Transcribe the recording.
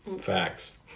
Facts